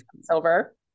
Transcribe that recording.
silver